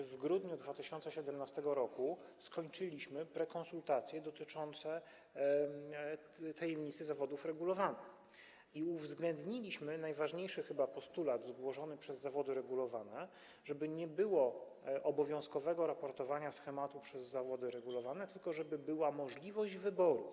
W grudniu 2017 r. skończyliśmy prekonsultacje dotyczące tajemnicy zawodów regulowanych i uwzględniliśmy najważniejszy chyba postulat zgłoszony przez osoby wykonujące zawody regulowane - żeby nie było obowiązkowego raportowania schematu w przypadku zawodów regulowanych, tylko żeby była możliwość wyboru.